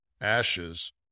ashes